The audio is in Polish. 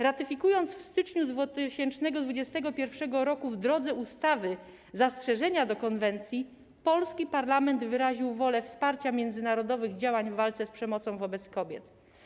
Ratyfikując w styczniu 2021 r. w drodze ustawy zastrzeżenia do konwencji, polski parament wyraził wolę wsparcia międzynarodowych działań w walce z przemocą wobec kobiet.